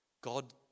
God